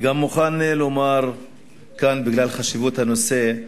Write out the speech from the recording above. אני מוכן לומר כאן, בגלל חשיבות הנושא,